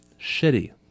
shitty